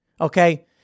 Okay